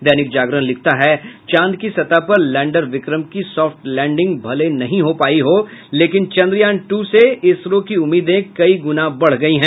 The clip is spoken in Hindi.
दैनिक जागरण लिखता है चांद की सतह पर लैंडर विक्रम की सॉफ्ट लैंडिंग भले नहीं हो पायी लेकिन चंद्रयान दू से इसरो की उम्मीदे कई गुना बढ़ गयी हैं